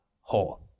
whole